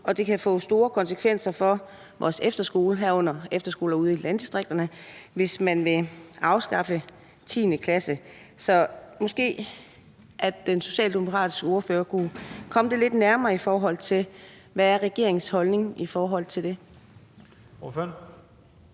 at det kan få store konsekvenser for vores efterskoler, herunder efterskolerne ude i landdistrikterne, hvis man afskaffer 10. klasse. Så kunne den socialdemokratiske ordfører måske komme lidt nærmere, hvad regeringens holdning er til det?